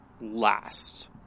last